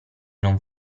non